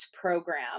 program